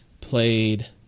Played